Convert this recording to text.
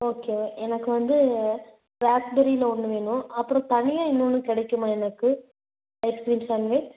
okay எனக்கு வந்து ப்ளாக்பெரியில ஒன்று வேணும் அப்புறம் தனியாக இன்னோன்னு கிடைக்குமா எனக்கு ஐஸ்க்ரீம் சேன்வேஜ்